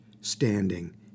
standing